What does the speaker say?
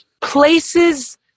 places